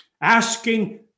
asking